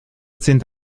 sind